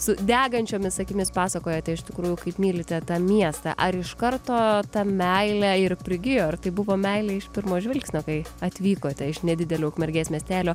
su degančiomis akimis pasakojote iš tikrųjų kaip mylite tą miestą ar iš karto ta meilė ir prigijo ar tai buvo meilė iš pirmo žvilgsnio kai atvykote iš nedidelio ukmergės miestelio